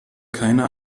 keiner